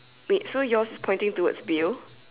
wait so yours is pointing towards bill